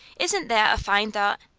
isn't that a fine thought?